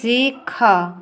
ଶିଖ